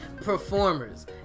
Performers